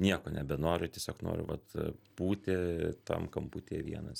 nieko nebenoriu tiesiog noriu vat būti tam kamputyje vienas